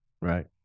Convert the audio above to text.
Right